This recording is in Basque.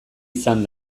izan